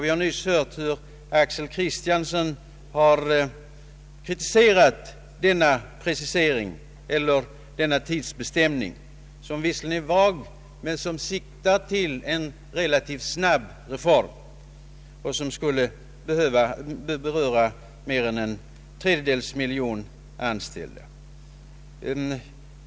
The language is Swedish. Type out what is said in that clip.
Vi har nyss hört hur herr Axel Kristiansson har kritiserat denna tidsbestämning, som visserligen är vag men som siktar till en relativt snabb reform som skulle beröra mer än en tredjedels miljon anställda.